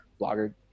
blogger